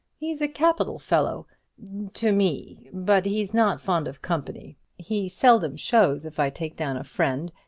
he's a capital fellow to me, but he's not fond of company. he seldom shows if i take down a friend.